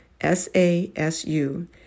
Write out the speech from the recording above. S-A-S-U